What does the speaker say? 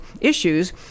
issues